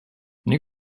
new